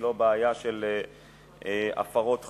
זו לא בעיה של הפרות חוק,